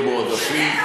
אפילו להיות מועדפים.